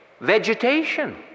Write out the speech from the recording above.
vegetation